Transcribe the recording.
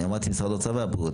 אני אמרתי משרד האוצר והבריאות,